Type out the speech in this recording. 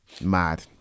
mad